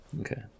okay